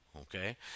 okay